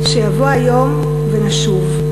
שיבוא היום ונשוב.